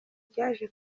ryaje